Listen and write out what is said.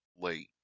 late